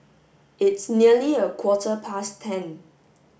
its nearly a quarter past ten